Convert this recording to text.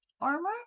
armor